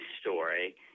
story